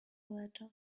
letter